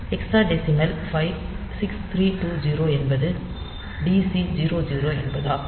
ஹெக்ஸாடெசிமலில் 56320 என்பது DC00 என்பதாகும்